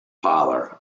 parlor